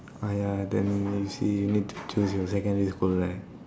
ah ya then you see you need to choose your secondary school right